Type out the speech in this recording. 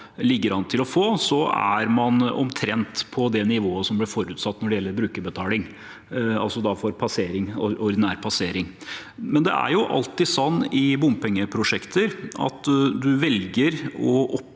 ligger an til å få, er man omtrent på det nivået som ble forutsatt når det gjelder brukerbetaling, altså for ordinær passering. Det er jo alltid sånn i bompengeprosjekter at en velger å oppnå